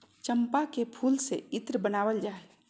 चम्पा फूल से इत्र बनावल जा हइ